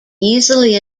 easily